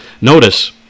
notice